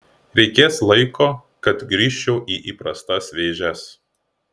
reikės laiko kad grįžčiau į įprastas vėžes